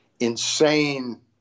insane